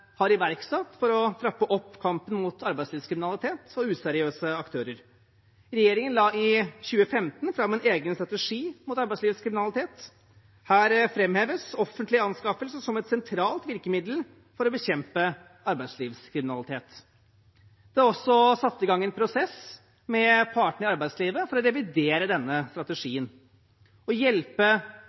har iverksatt for å trappe opp kampen mot arbeidslivskriminalitet og useriøse aktører. Regjeringen la i 2015 fram en egen strategi mot arbeidslivskriminalitet. Her framheves offentlige anskaffelser som et sentralt virkemiddel for å bekjempe arbeidslivskriminalitet. Det er også satt i gang en prosess med partene i arbeidslivet for å revidere denne strategien. Å hjelpe